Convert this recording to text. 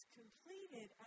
completed